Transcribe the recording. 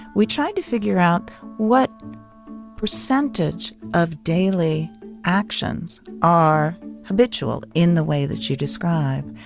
we tried to figure out what percentage of daily actions are habitual in the way that you describe.